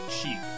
cheap